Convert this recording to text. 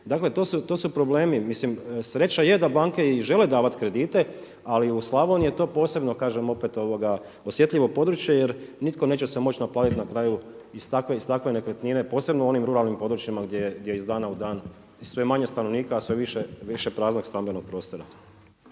dakle to su problemi. Sreća je da banke i žele davati kredite, ali u Slavoniji je to posebno kažem osjetljivo područje jer nitko neće se moći naplatiti iz takve nekretnine posebno u onim ruralnim područjima gdje iz dana u dan je sve manje stanovnika, a sve više praznog stambenog prostora.